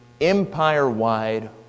empire-wide